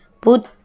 put